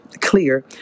clear